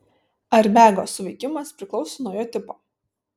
airbego suveikimas priklauso nuo jo tipo